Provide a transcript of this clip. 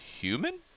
human